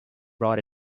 brought